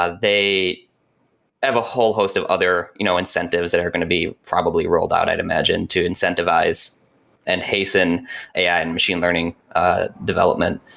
ah they have a whole host of other you know incentives that are going to be probably rolled out, i'd imagine to incentivize and hasten ai and machine learning ah development.